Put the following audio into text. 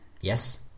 Yes